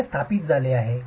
तर हे स्थापित झाले आहे